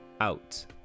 out